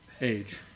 age